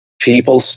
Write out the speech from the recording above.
people